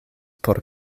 por